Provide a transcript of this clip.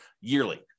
yearly